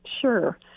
Sure